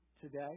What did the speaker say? today